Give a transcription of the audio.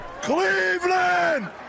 Cleveland